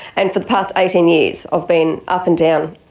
and for the past eighteen years i've been up and down,